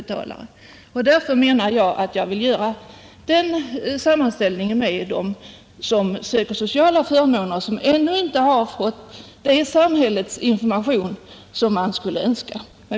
Det är därför jag vill göra sammanställningen med dem som söker sociala förmåner och som ännu inte har fått den information från samhället som är önskvärd.